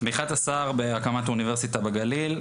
תמיכת השר בהקמת האוניברסיטה בגליל,